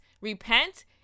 repent